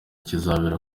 kizabera